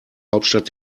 hauptstadt